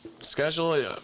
Schedule